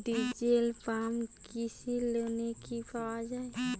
Diesel pump কৃষি লোনে কি পাওয়া য়ায়?